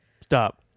Stop